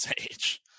age